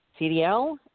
CDL